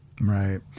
right